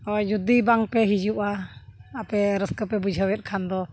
ᱦᱳᱭ ᱡᱩᱫᱤ ᱵᱟᱝᱯᱮ ᱦᱤᱡᱩᱜᱼᱟ ᱟᱯᱮ ᱨᱟᱹᱥᱠᱟᱹᱯᱮ ᱵᱩᱡᱷᱟᱹᱣᱮᱫ ᱠᱷᱟᱱ ᱫᱚ